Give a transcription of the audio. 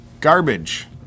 garbage